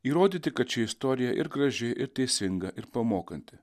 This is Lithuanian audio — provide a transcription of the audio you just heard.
įrodyti kad ši istorija ir graži ir teisinga ir pamokanti